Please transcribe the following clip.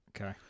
okay